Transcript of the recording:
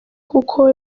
kuko